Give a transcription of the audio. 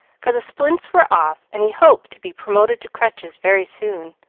for the splints were off, and he hoped to be promoted to crutches very soon.